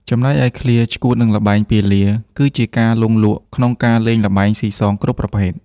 ចំណែកឯឃ្លា ឆ្កួតនិងល្បែងពាលា គឺជាការលង់លក់ក្នុងការលេងល្បែងស៊ីសងគ្រប់ប្រភេទ។